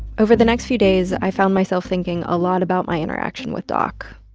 over the next few days, i found myself thinking a lot about my interaction with doc,